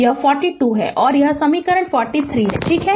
यह 42 है और यह समीकरण 43 है ठीक है